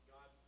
God